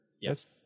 Yes